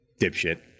dipshit